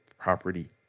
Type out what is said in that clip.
property